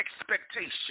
expectation